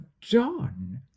John